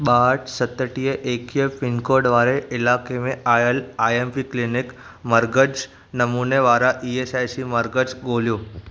बा॒हठि सतटीह एकवीह पिनकोडु वारे इलाक़े में आईएमपी क्लिनिक मर्कज़ु नमूने वारा ईएसआइसी मर्कज़ु ॻोल्हियो